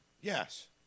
Yes